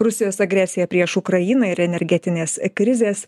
rusijos agresiją prieš ukrainą ir energetinės krizės